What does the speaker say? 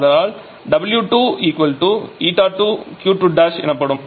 ஆதலால் 𝑊2 𝜂2 𝑄2 ′ எனப்படும்